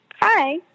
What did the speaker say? Hi